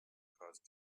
cause